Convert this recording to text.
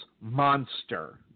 monster